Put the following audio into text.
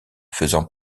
faisant